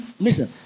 listen